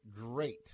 great